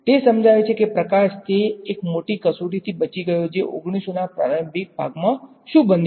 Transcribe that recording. તે સમજાવે છે કે પ્રકાશ તે એક મોટી કસોટીથી બચી ગયો જે 1900 ના પ્રારંભિક ભાગમાં શું બન્યું